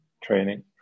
training